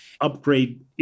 upgrade